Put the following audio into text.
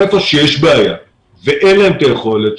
היכן שיש בעיה ואין להם את היכולת,